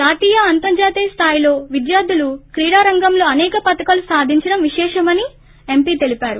జాతీయ అంతర్జాతీయ స్థాయిలో విద్యార్దులు క్రీడా రంగంలో అసే పతకాలు సాధించడం విశేషమని ఎంపీ తెలిపారు